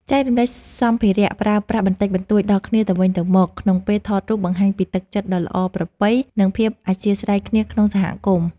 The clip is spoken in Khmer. ចែករំលែកសម្ភារៈប្រើប្រាស់បន្តិចបន្តួចដល់គ្នាទៅវិញទៅមកក្នុងពេលថតរូបបង្ហាញពីទឹកចិត្តដ៏ល្អប្រពៃ និង ភាពអធ្យាស្រ័យគ្នាក្នុងសហគមន៍។